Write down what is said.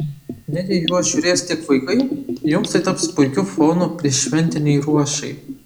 net jei juos žiūrės tik vaikai jums tai taps puikiu fonu prieššventinei ruošai